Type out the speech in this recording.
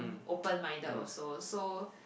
open minded also so